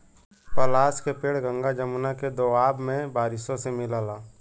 पलाश के पेड़ गंगा जमुना के दोआब में बारिशों से मिलला